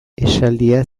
esaldia